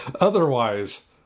Otherwise